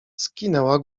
skinęła